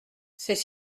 c’est